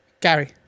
Gary